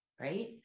right